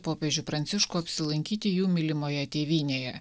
popiežių pranciškų apsilankyti jų mylimoje tėvynėje